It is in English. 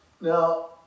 Now